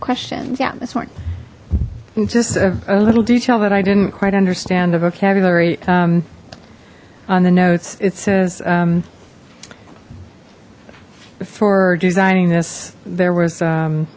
questions yeah this morning just a little detail that i didn't quite understand the vocabulary on the notes it says for designing this there was